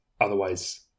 otherwise